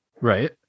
Right